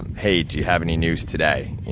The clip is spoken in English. hey, do you have any news today?